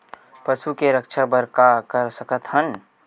पशु के रक्षा बर का कर सकत हन?